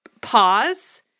pause